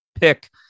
pick